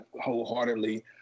wholeheartedly